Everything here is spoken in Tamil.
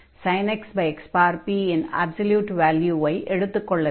sin x xp இன் அப்ஸல்யூட் வால்யூவை எடுத்துக் கொள்ள வேண்டும்